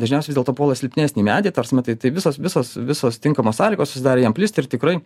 dažniausiai vis dėlto puola silpnesnį medį ta prasme tai tai visos visos visos tinkamos sąlygos susidarė jam plist ir tikrai